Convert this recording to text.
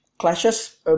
Clashes